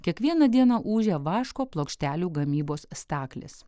kiekvieną dieną ūžia vaško plokštelių gamybos staklės